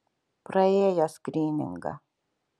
praėjo skryningą